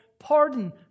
pardon